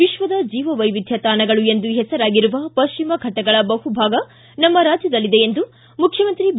ವಿಶ್ವದ ಜೀವವೈವಿಧ್ಯ ತಾಣಗಳು ಎಂದು ಹೆಸರಾಗಿರುವ ಪಶ್ಚಿಮಘಟ್ಟಗಳ ಬಹುಭಾಗ ನಮ್ಮ ರಾಜ್ಯದಲ್ಲಿದೆ ಎಂದು ಮುಖ್ಯಮಂತ್ರಿ ಬಿ